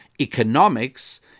economics